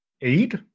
eight